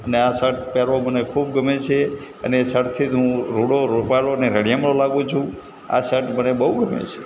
ને આ સર્ટ પહેરવો મને ખૂબ ગમે છે અને એ સર્ટથી જ હું રૂડો રૂપાળો અને રળિયામણો લાગું છું આ સર્ટ મને બહુ ગમે છે